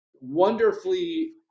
wonderfully